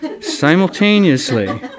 simultaneously